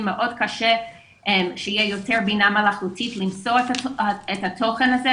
מאוד קשה שתהיה בינה מלאכותית למצוא את התוכן הזה,